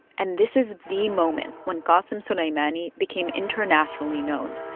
and this is the moment when qassem soleimani became internationally known.